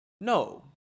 No